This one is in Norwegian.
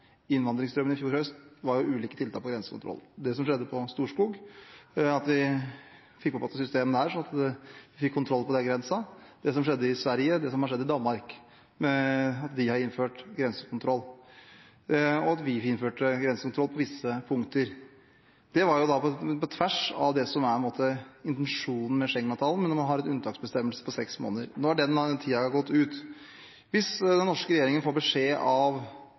innvandringsstrømmen i fjor høst, var ulike tiltak for grensekontroll, at vi fikk opp igjen et system på Storskog, slik at vi fikk kontroll over den grensen, at Sverige og Danmark har innført grensekontroll, og at vi innførte grensekontroll på visse punkter. Det var på tvers av det som på en måte er intensjonen med Schengen-avtalen, men der man har en unntaksbestemmelse på seks måneder. Nå har den tiden gått ut. Hvis den norske regjeringen får beskjed